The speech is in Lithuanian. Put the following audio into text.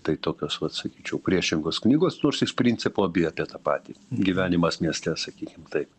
tai tokios vat sakyčiau priešingos knygos nors iš principo abi apie tą patį gyvenimas mieste sakykim taip